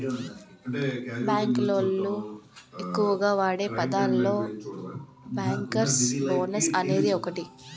bank లోళ్ళు ఎక్కువగా వాడే పదాలలో బ్యేంకర్స్ బోనస్ అనేది ఒకటి